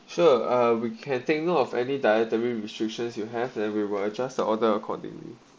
sure uh we can think of any dietary restrictions you have that we will adjust the order accordingly